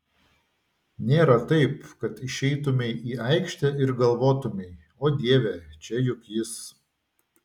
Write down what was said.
nėra taip kad išeitumei į aikštę ir galvotumei o dieve čia juk jis